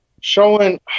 Showing